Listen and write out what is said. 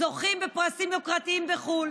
זוכים בפרסים יוקרתיים בחו"ל,